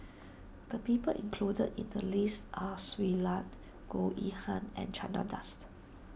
the people included in the list are Shui Lan Goh Yihan and Chandra Das